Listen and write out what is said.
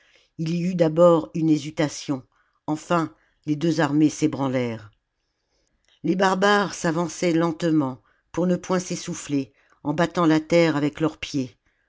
il j eut d'abord une hésitation enfin les deux armées s'ébranlèrent les barbares s'avançaient lentement pour ne point s'essouffler en battant la terre avec leurs pieds